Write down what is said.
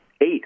eight